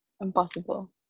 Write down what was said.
impossible